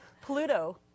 Pluto